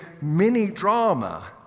mini-drama